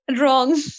Wrong